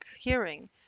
hearing